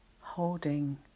holding